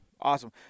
Awesome